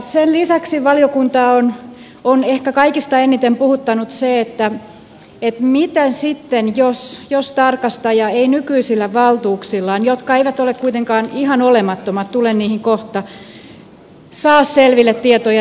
sen lisäksi valiokuntaa on ehkä kaikista eniten puhuttanut se miten sitten käy jos tarkastaja ei nykyisillä valtuuksillaan jotka eivät ole kuitenkaan ihan olemattomat tulen niihin kohta saa selville tietoja